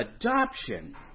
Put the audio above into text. adoption